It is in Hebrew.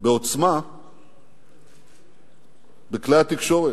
בעוצמה בכלי התקשורת.